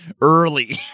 early